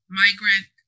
migrant